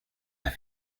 las